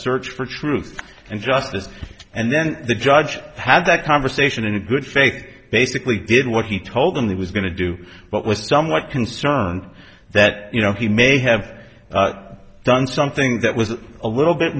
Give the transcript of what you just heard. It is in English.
search for truth and justice and then the judge had that conversation in a good faith basically did what he told them he was going to do but was somewhat concerned that you know he may have done something that was a little bit